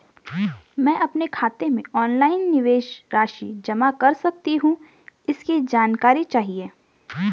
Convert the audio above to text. मैं अपने खाते से ऑनलाइन निवेश राशि जमा कर सकती हूँ इसकी जानकारी चाहिए?